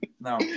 No